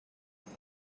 den